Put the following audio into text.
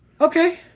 Okay